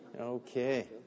Okay